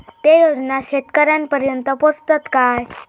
ते योजना शेतकऱ्यानपर्यंत पोचतत काय?